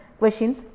questions